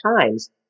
times